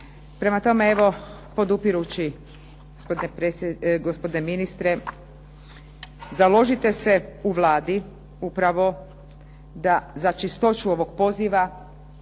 Prema tome, evo podupirući gospodine ministre založite se u Vladi upravo da za čistoću ovog poziva,